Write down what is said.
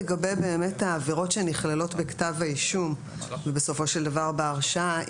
לגבי באמת העבירות שנכללות בכתב האישום ובסופו של דבר בהרשעה.